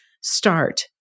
start